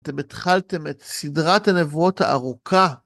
אתם התחלתם את סדרת הנבואות הארוכה.